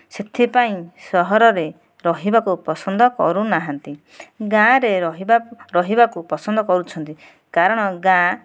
ସେଥିପାଇଁ ସହରରେ ରହିବାକୁ ପସନ୍ଦ କରୁନାହାଁନ୍ତି ଗାଁରେ ରହିବା ରହିବାକୁ ପସନ୍ଦ କରୁଛନ୍ତି କାରଣ ଗାଁ